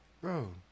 bro